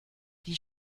die